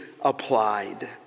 applied